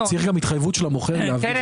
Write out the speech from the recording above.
צריך גם התחייבות של המוכר --- ינון,